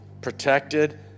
protected